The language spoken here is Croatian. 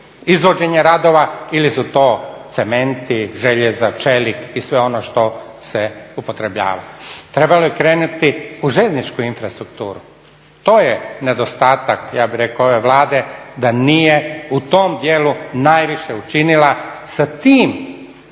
izvođenje radova ili su to cementi, željezo, čelik i sve ono što se upotrebljava. Trebalo je krenuti u željezničku infrastrukturu, to je nedostatak ja bih rekao ove Vlade da nije u tom dijelu najviše učinila sa tim investicijama,